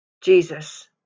Jesus